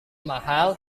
mahal